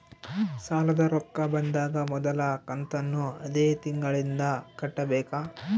ಸಾಲದ ರೊಕ್ಕ ಬಂದಾಗ ಮೊದಲ ಕಂತನ್ನು ಅದೇ ತಿಂಗಳಿಂದ ಕಟ್ಟಬೇಕಾ?